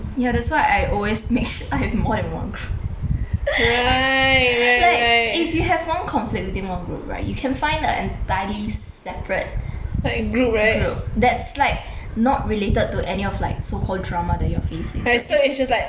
ya that's why I always make sure I have more than one group like if you have long conflict within one group right you can find an entirely separate group that's like not related to any of like so call drama that you're facing